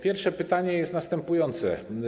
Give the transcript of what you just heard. Pierwsze pytanie jest następujące.